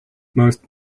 most